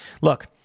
Look